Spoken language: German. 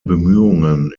bemühungen